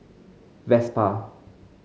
Vespa